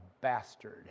bastard